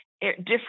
different